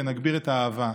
ונגביר את האהבה.